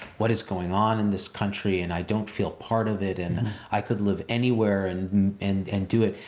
what is going on in this country and i don't feel part of it and i could live anywhere and and and do it.